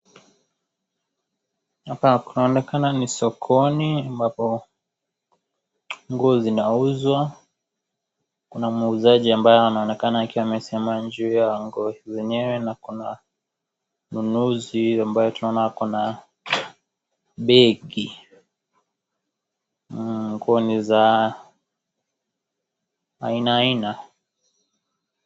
Hapa kunaonekana ni sokoni ambapo nguo zinauzwa, kuna muuzaji ambaye anaonekana akiwa amesimama juu ya nguo zenyewe na kuna mnunuzi ambaye tunaona ako na begi, nguo ni za ainaaina.